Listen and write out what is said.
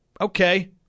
Okay